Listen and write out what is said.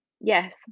yes